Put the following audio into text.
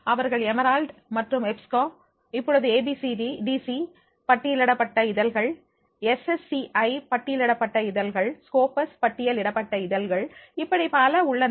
அவர்கள் எமரால்ட் மற்றும் எஃப்ஸ்கோ இப்பொழுது ஏ பி டி சி பட்டியலிடப்பட்ட இதழ்கள் எஸ் எஸ் சி ஐ பட்டியலிடப்பட்ட இதழ்கள் ஸ்கோபஸ் பட்டியலிடப்பட்ட இதழ்கள் இப்படி பல உள்ளன